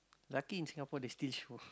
lucky in Singapore they still show